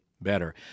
better